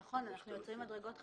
נכון, אנחנו יוצרים מדרגות חדשות.